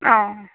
অ